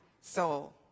soul